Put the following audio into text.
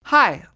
hi.